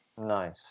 nice